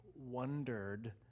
wondered